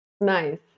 Nice